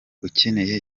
ukeneye